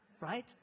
right